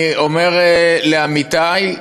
אני אומר לעמיתי,